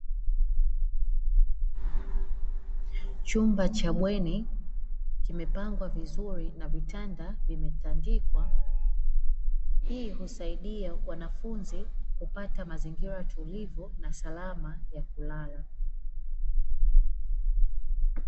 Chumba cha bweni kimepangwa vizuri na vitanda vimetandikwa. Hii kusaidia wanafunzi kupata mazingira tulivu na salama yakulala.